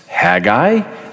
Haggai